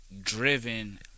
Driven